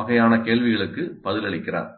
வகையான கேள்விகளுக்கு பதிலளிக்கிறார்